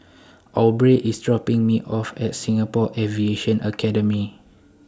Aubrey IS dropping Me off At Singapore Aviation Academy